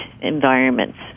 environments